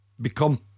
become